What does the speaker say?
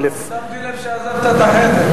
שקל, שמתי לב שעזבת את החדר.